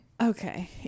Okay